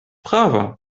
prava